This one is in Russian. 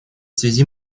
связи